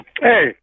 Hey